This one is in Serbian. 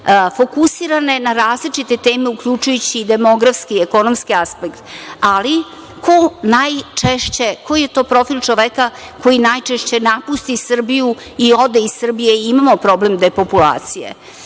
fokusirane na različite teme uključujući i demografske i ekonomske aspekte. Koji je to profil čoveka koji najčešće napusti Srbiju i ode iz Srbije i imamo problem depopulacije.